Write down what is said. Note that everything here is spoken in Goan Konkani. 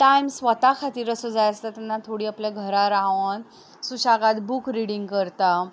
टायम स्वता खातीर असो जाय आसता तेन्ना थोडीं आपल्या घरांत रावून सुशेगाद बूक रिडींग करता